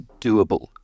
doable